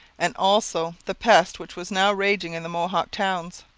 and also the pest which was now raging in the mohawk towns.